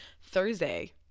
Thursday